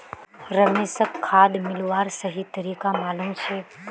रमेशक खाद मिलव्वार सही तरीका मालूम छेक